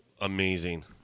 amazing